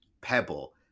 pebble